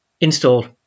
installed